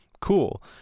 cool